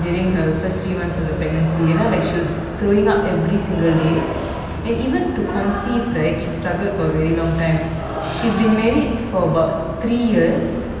during her first three months of the pregnancy எனா:yena she was throwing up every single day and even to conceive right she struggled for very long time she's been married for about three years